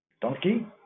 donkey